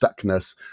stuckness